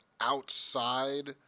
outside